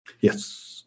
Yes